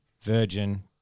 Virgin